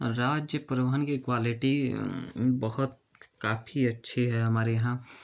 राज्य परिवहन कि क्वालिटी बहुत काफ़ी अच्छी है हमारे यहाँ